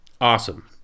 awesome